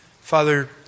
Father